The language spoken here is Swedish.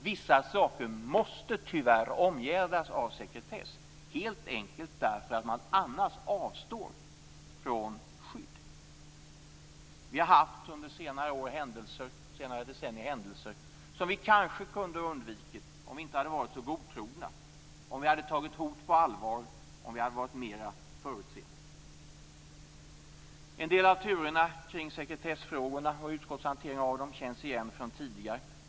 Vissa saker måste tyvärr omgäldas av sekretess helt enkelt därför att man annars avstår från skydd. Vi har under senare decennier varit med om händelser som vi kanske kunde ha undvikit om vi inte hade varit så godtrogna, om vi hade tagit hot på allvar och om vi hade varit mer förutseende. En del av turerna kring sekretessfrågorna och utskottets hantering av dem känns igen från tidigare.